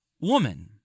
woman